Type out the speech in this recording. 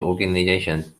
organization